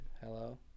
hello